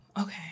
Okay